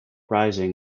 rising